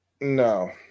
No